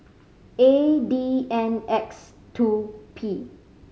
A D N X two P